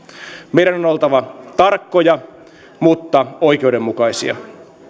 meidän on on oltava tarkkoja mutta oikeudenmukaisia